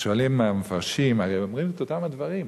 אז שואלים המפרשים: הרי אומרים את אותם הדברים?